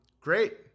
Great